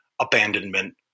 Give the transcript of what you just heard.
abandonment